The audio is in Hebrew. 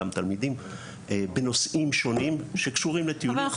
גם תלמידים בנושאים שונים שקשורים לטיולים.